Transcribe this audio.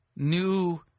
New